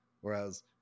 Whereas